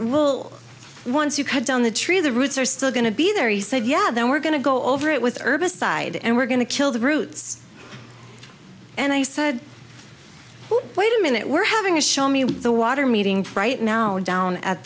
we'll once you cut down the tree the roots are still going to be there he said yeah then we're going to go over it with herbicide and we're going to kill the roots and i said wait a minute we're having a show me the water meeting bright now down at